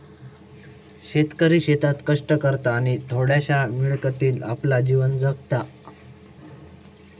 शेतकरी शेतात कष्ट करता आणि थोड्याशा मिळकतीत आपला जीवन जगता